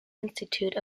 institute